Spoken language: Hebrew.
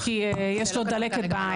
פונה כי יש לו דלקת בעין.